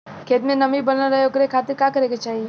खेत में नमी बनल रहे ओकरे खाती का करे के चाही?